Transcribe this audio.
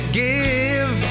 give